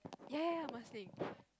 ya ya ya must drink